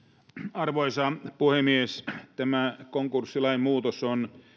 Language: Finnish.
arvoisa puhemies tämä konkurssilain muutos on